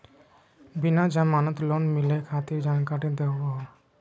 बिना जमानत लोन मिलई खातिर जानकारी दहु हो?